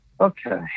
Okay